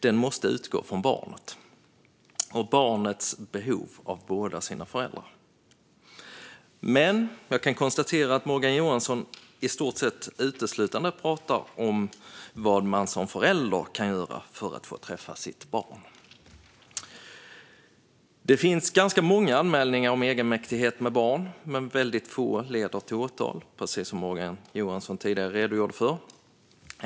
Den måste utgå från barnet och barnets behov av båda sina föräldrar. Men jag kan konstatera att Morgan Johansson i stort sett uteslutande talar om vad man som förälder kan göra för att få träffa sitt barn. Det finns ganska många anmälningar om egenmäktighet med barn, men få leder till åtal, precis som Morgan Johansson tidigare redogjorde för.